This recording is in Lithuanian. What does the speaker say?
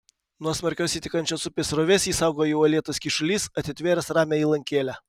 nuo smarkios įtekančios upės srovės jį saugojo uolėtas kyšulys atitvėręs ramią įlankėlę